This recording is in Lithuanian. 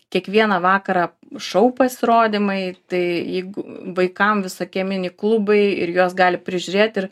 kiekvieną vakarą šou pasirodymai tai jeigu vaikam visokie mini klubai ir juos gali prižiūrėti ir